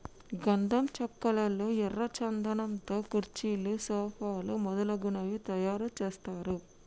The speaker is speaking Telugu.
గంధం చెక్కల్లో ఎర్ర చందనం తో కుర్చీలు సోఫాలు మొదలగునవి తయారు చేస్తారు